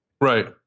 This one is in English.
Right